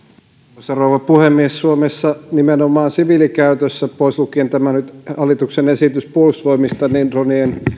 arvoisa rouva puhemies suomessa nimenomaan siviilikäytössä pois lukien nyt tämä hallituksen esitys puolustusvoimista dronejen